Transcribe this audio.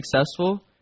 successful